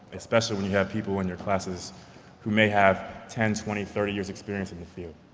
especially when you have people in your classes who may have ten, twenty, thirty years experience in the field.